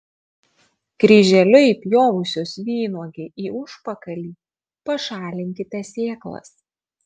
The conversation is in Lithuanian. kryželiu įpjovusios vynuogei į užpakalį pašalinkite sėklas